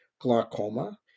glaucoma